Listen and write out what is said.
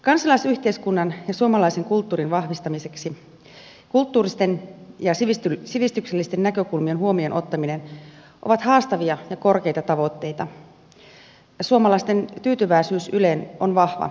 kansalaisyhteiskunnan ja suomalaisen kulttuurin vahvistamiseksi kulttuurillisten ja sivistyksellisten näkökulmien huomioon ottaminen on haastava ja korkea tavoite ja suomalaisten tyytyväisyys yleen on vahva